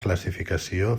classificació